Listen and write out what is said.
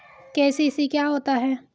KCC क्या होता है?